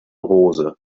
hose